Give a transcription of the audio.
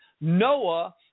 Noah